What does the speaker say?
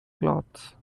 clothes